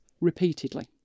repeatedly